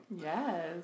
yes